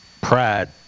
pride